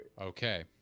Okay